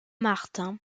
martin